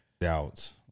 doubts